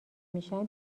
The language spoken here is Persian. میشن